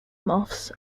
moths